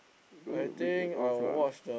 don't need read it off lah